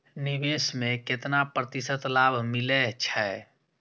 निवेश में केतना प्रतिशत लाभ मिले छै?